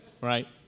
right